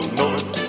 north